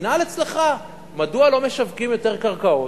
המינהל אצלך, מדוע לא משווקים יותר קרקעות?